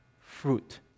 fruit